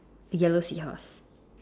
yellow seahorse